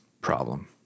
problem